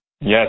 Yes